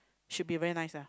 should be very nice ah